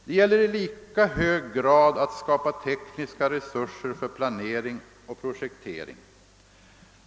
Det gäller i lika hög grad att skapa tekniska resurser för planering och projektering.